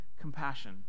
compassion